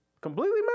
completely